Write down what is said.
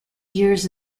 years